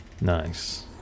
Nice